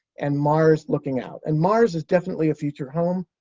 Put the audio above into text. and mars looking out. and mars is definitely a future home,